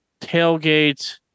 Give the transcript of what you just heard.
tailgate